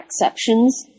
exceptions